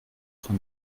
von